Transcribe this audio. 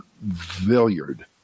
Villiard